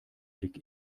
blick